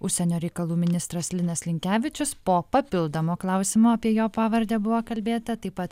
užsienio reikalų ministras linas linkevičius po papildomo klausimo apie jo pavardę buvo kalbėta taip pat